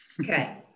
Okay